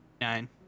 nine